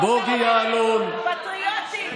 פטריוטים.